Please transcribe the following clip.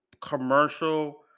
commercial